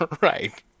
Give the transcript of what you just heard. right